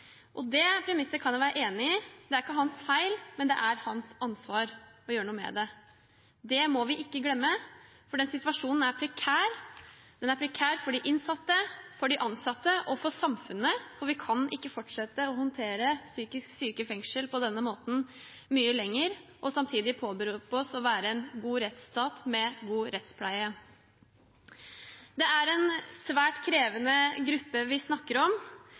dag. Det premisset kan jeg være enig i. Det er ikke hans feil, men det er hans ansvar å gjøre noe med det. Det må vi ikke glemme, for situasjonen er prekær. Den er prekær for de innsatte, for de ansatte og for samfunnet, og vi kan ikke mye lenger fortsette å håndtere psykisk syke i fengsel på denne måten og samtidig påberope oss å være en god rettsstat med god rettspleie. Det er en svært krevende gruppe vi snakker om.